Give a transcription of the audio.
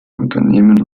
unternehmen